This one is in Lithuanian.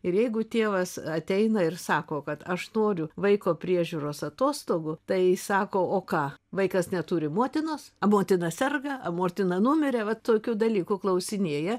ir jeigu tėvas ateina ir sako kad aš noriu vaiko priežiūros atostogų tai sako o ką vaikas neturi motinos a motina serga a mortina numirė va tokių dalykų klausinėja